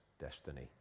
destiny